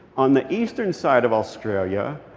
on the eastern side of australia,